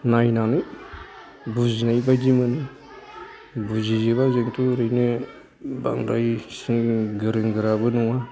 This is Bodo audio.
नायनानै बुजिनाय बायदि मोनो बुजिजोबा जों थ' ओरैनो बांद्राय जों गोरों गोराबो नंङा